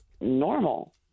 normal